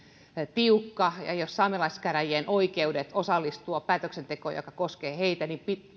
tiukka ja jos saamelaiskäräjien oikeudet osallistua päätöksentekoon joka koskee heitä